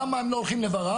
למה הם לא הולכים ל-ור"מ?